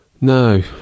no